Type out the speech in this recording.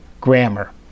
Grammar